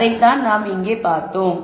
அதை தான் நாம் இங்கே பார்த்தோம்